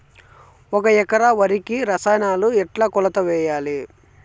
ఒక ఎకరా వరికి రసాయనాలు ఎట్లా కొలత వేయాలి?